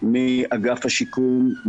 עם אגף השיקום,